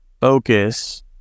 focus